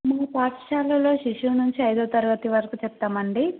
మేము పాఠశాలలో శిశువు నుంచి అయిదో తరగతి వరకు చెప్తామండి